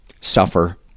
suffer